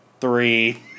three